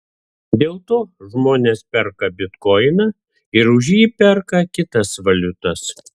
dėl to žmonės perka bitkoiną ir už jį perka kitas valiutas